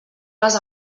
les